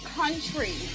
country